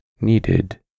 needed